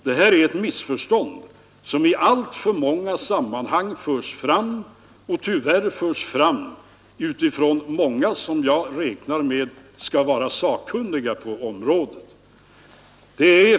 Det är ett missförstånd som i alltför många sammanhang förs fram och tyvärr förs fram av många som jag räknar med skall vara sakkunniga på området.